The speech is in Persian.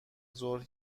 ظهر